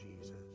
Jesus